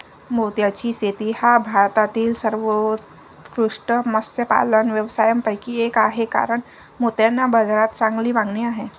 मोत्याची शेती हा भारतातील सर्वोत्कृष्ट मत्स्यपालन व्यवसायांपैकी एक आहे कारण मोत्यांना बाजारात चांगली मागणी आहे